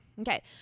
Okay